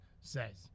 says